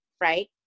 right